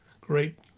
great